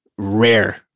rare